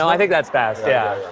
i think that's best. yeah.